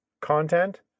content